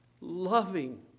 loving